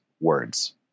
words